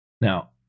Now